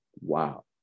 wow